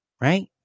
Right